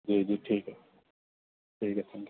جی جی ٹھیک ہے ٹھیک ہے تھینک یو